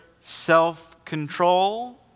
self-control